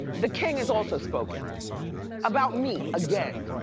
the king is also spoken about me again.